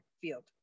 Field